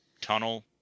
tunnel